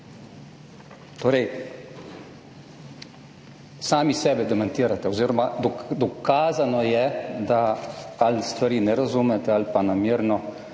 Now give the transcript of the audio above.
Torej, sami sebe demantirate oziroma dokazano je, da ali stvari ne razumete ali pa namerno